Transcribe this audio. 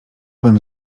bym